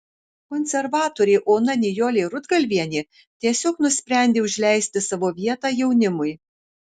konservatorė ona nijolė rudgalvienė tiesiog nusprendė užleisti savo vietą jaunimui